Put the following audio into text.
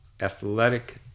athletic